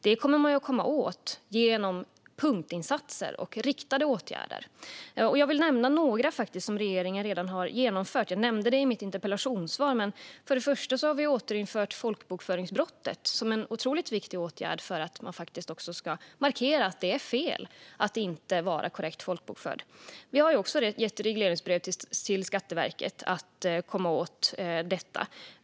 Det kan man komma åt genom punktinsatser och riktade åtgärder. Jag vill nämna några som regeringen redan har genomfört. Jag nämnde dem i mitt interpellationssvar. Först och främst har vi återinfört folkbokföringsbrottet, vilket är en otroligt viktig åtgärd för att markera att det är fel att inte vara korrekt folkbokförd. Vi har också gett regleringsbrev till Skatteverket om att komma åt detta.